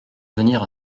venir